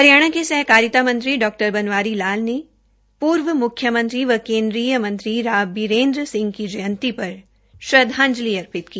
हरियाणा के सहकारिता मंत्री डॉ बनवारी लाल ने पूर्व मुख्यमंत्री व केन्द्रीय मंत्री राव बीरेन्द्र सिंह की जयंती पर श्रद्धांजलि अर्पित की